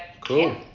Cool